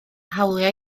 hawliau